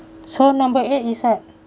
so number eight is what